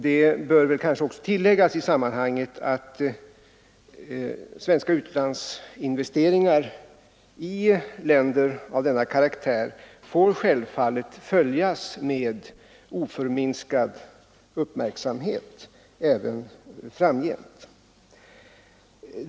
Det bör kanske tilläggas att svenska utlandsinvesteringar i länder av denna karaktär självfallet får följas med oförminskad uppmärksamhet även framgent.